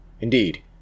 Indeed